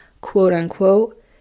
quote-unquote